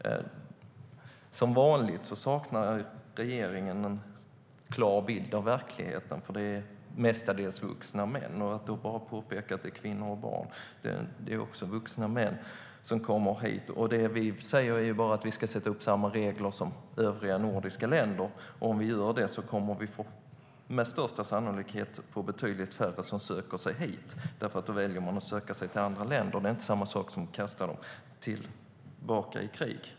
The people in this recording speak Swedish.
Som vanligt saknar regeringen en klar bild av verkligheten. Han påpekade att det är kvinnor och barn som kommer hit, men det är också vuxna män. Vi säger bara att vi ska sätta upp samma regler som övriga nordiska länder. Om vi gör det kommer vi med största sannolikhet att få betydligt färre som söker sig hit, för då väljer man att söka sig till andra länder. Det är inte samma sak som att kasta dem tillbaka i krig.